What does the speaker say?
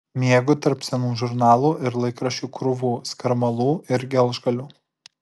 miegu tarp senų žurnalų ir laikraščių krūvų skarmalų ir gelžgalių